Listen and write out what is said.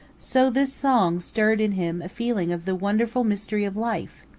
so this song stirred in him a feeling of the wonderful mystery of life.